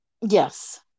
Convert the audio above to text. Yes